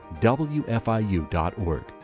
WFIU.org